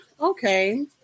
okay